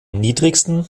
niedrigsten